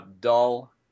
Dull